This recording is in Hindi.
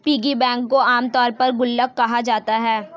पिगी बैंक को आमतौर पर गुल्लक कहा जाता है